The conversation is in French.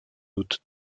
août